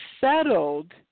settled